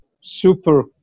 super